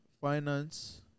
finance